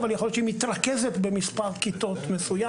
אבל יכול להיות שהיא מתרכזת במספר כיתות מסוים